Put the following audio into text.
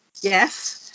Yes